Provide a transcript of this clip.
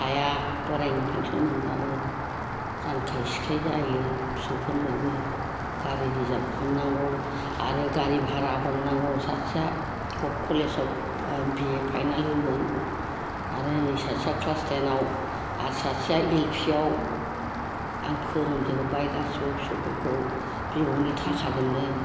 थाया बोरायनि पेन्सन मोनबाबो रानखाय सिखाय जायो फिसौफोरनोबो गारि रिजाब हरनांगौ आरो गारि भारा हरनांगौ सासेआ गभ कलेजआव बि ए फाइनाल होगोन आरो नै सासेआ क्लास थेनाव आरो सासेआ एल फि आव आं फोरों जोबबाय गासिबो फिसौ फोरखौ बिबौनि थाखाजोंनो